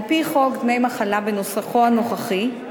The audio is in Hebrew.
על-פי חוק דמי מחלה בנוסחו הנוכחי,